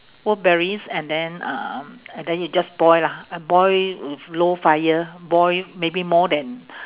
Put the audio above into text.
wolfberries and then um and then you just boil lah and boil with low fire boil maybe more than